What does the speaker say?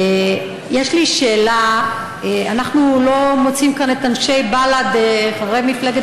יש לי שאלה: אנחנו לא מוצאים כאן את חברי מפלגת